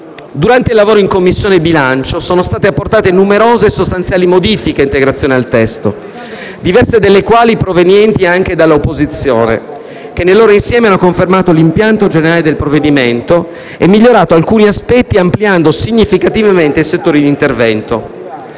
Durante i lavori in Commissione bilancio sono state apportate numerose e sostanziali modifiche di integrazione al testo, diverse delle quali provenienti anche dall'opposizione che, nel loro insieme, hanno confermato l'impianto generale del provvedimento e migliorato alcuni aspetti, ampliando significativamente i settori di intervento.